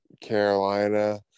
Carolina